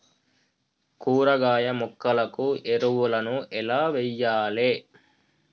కూరగాయ మొక్కలకు ఎరువులను ఎలా వెయ్యాలే?